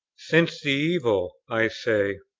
since the evil, i say,